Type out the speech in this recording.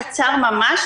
קצר ממש,